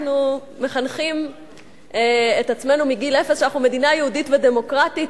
אנחנו מחנכים את עצמנו מגיל אפס שאנחנו מדינה יהודית ודמוקרטית,